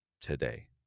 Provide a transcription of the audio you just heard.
today